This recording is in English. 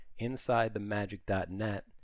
Insidethemagic.net